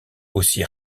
aussi